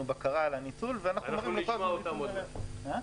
בקרה על הניצול --- אנחנו נשמע את המשרד.